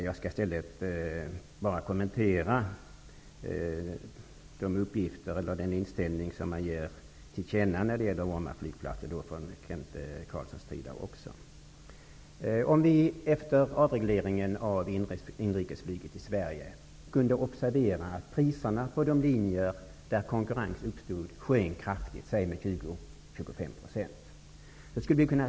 Jag skall i stället bara kommentera den inställning som Kent Efter avregleringen av inrikesflyget i Sverige kunde vi observera att priserna på de linjer där konkurrens uppstod sjönk kraftigt, t.ex. 20--25 %.